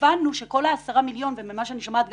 הבנו שכל ה-10 מיליון שקלים ומה שאני שומעת,